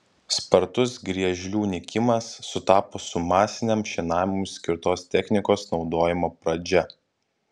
spartus griežlių nykimas sutapo su masiniam šienavimui skirtos technikos naudojimo pradžia